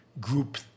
group